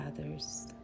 others